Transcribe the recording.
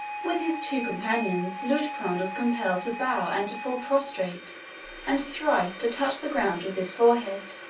with his two companions liutprand was compelled to bow and to fall prostrate and thrice to touch the ground with his forehead.